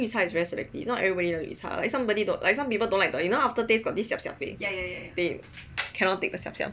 but I feel like Tuk Tuk Cha is very selective not everyone love cha like somebody don't like some people don't like you know the aftertaste got the siap siap taste they cannot take the siap siap